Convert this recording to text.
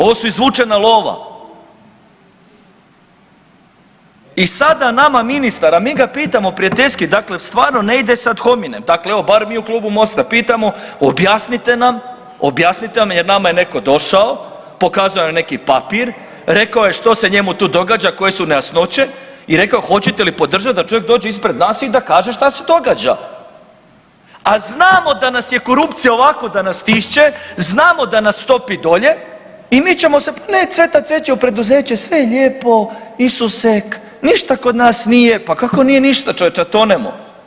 Ovo su izvučena lova i da sada nama ministar, a mi ga pitamo prijateljski, dakle stvarno ne ide se ad hominem bar mi u Klubu MOST-a pitamo objasnite nam, objasnite nam jer nama je netko došao pokazao je neki papir, rekao je što se njemu tu događa, koje su nejasnoće i rekao hoćete li podržati da čovjek dođe ispred nas i da kaže što se događa, a znamo da nas je korupcija ovako da nas stišće, znamo da nas topi dolje i mi ćemo sad nek cveta cveće u preduzeće, sve je lijepo, isusek, ništa kod nas nije, pa kako nije ništa čovječe a tonemo.